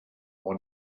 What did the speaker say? one